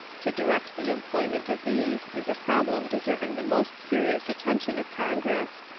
to direct the employment of these is a problem deserving the most serious attention of congress.